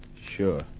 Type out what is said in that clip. Sure